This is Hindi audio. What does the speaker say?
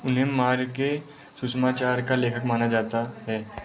उन्हें मार्क के सुसमाचार का लेखक माना जाता है